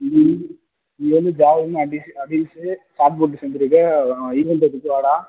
இங்கே வந்து ஜாவ்லிங் அபி அபிஸு ஷாட்பூட் சேர்ந்துருக்க ஈவென்ட் இருக்குது வாடா